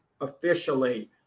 officially